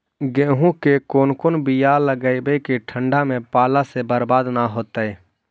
गेहूं के कोन बियाह लगइयै कि ठंडा में पाला से बरबाद न होतै?